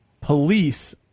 police